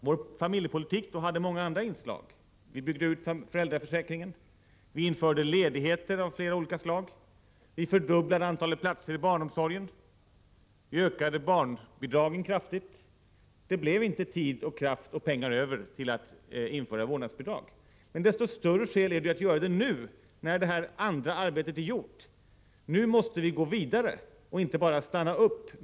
Vår familjepolitik då hade många andra inslag: vi byggde ut föräldraförsäkringen, vi införde ledigheter av flera olika slag, vi fördubblade antalet platser i barnomsorgen och vi ökade barnbidragen kraftigt. Det blev inte tid, kraft och pengar över till att införa vårdnadsbidrag. Desto större skäl är det att göra det nu, när det andra arbetet är gjort. Nu måste vi gå vidare och inte bara stanna upp.